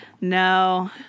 No